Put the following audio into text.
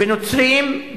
בנוצרים,